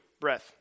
breath